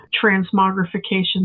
transmogrification